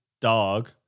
dog